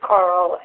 Carl